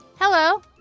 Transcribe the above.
Hello